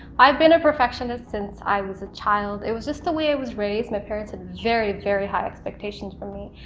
i've been a perfectionist since i was a child, it was just the way it was raised. my parents had very, very high expectations for me,